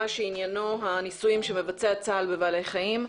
שעניינו הניסויים שמבצע צה"ל בבעלי חיים.